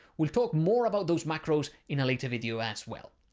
we'll talk more about those macros in a later video as well.